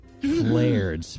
flared